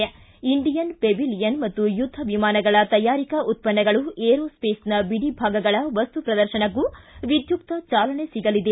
ನಂತರ Indian pavilion ಮತ್ತು ಯುದ್ದ ವಿಮಾನಗಳ ತಯಾರಿಕಾ ಉತ್ಪನ್ನಗಳು ಏರೋ ಸ್ಪೇಸ್ನ ಬಿಡಿ ಭಾಗಗಳ ವಸ್ತು ಪ್ರದರ್ಶನಕ್ಕೂ ವಿದ್ಯುಕ್ತ ಚಾಲನೆ ಸಿಗಲಿದೆ